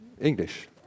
English